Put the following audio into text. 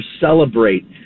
celebrate